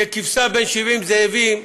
ככבשה בין 70 זאבים,